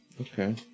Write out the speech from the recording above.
Okay